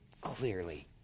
clearly